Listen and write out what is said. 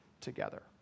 together